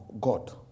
God